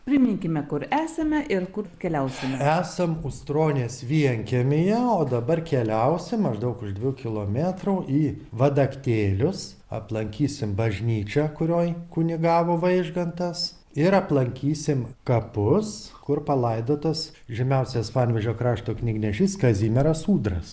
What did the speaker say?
priminkime kur esame ir kur keliausime esam ūstronės vienkiemyje o dabar keliausim maždaug už dviejų kilometrų į vadaktėlius aplankysim bažnyčią kurioj kunigavo vaižgantas ir aplankysim kapus kur palaidotas žymiausias panevėžio krašto knygnešys kazimieras ūdras